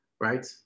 right